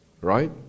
right